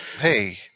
Hey